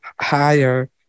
higher